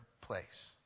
place